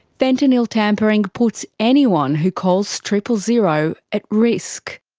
fentanyl tampering puts anyone who calls triple-zero at risk.